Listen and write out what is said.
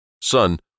Son